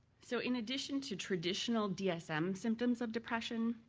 so in addition to traditional dsm symptoms of depression,